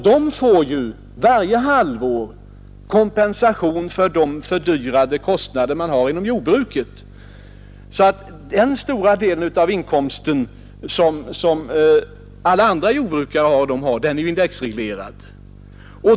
De får varje halvår kompensation för de fördyrade kostnaderna inom jordbruket. Den stora delen av den inkomst som de och alla andra jordbrukare har är alltså indexreglerad.